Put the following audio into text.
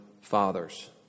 fathers